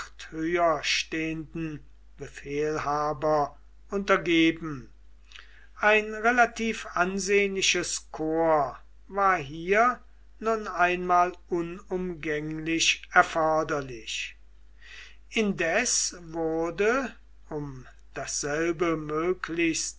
höher stehenden befehlhaber untergeben ein relativ ansehnliches korps war hier nun einmal unumgänglich erforderlich indes wurde um dasselbe möglichst